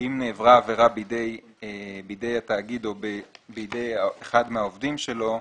שאם נעברה עבירה בידי התאגיד או בידי אחד מהעובדים שלו,